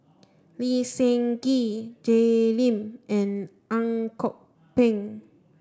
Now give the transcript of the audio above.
Lee Seng Gee Jay Lim and Ang Kok Peng